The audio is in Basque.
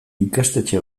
ikastetxe